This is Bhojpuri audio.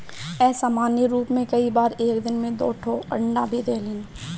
असामान्य रूप में कई बार एक दिन में दू ठो अंडा भी देलिन